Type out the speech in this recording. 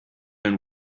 and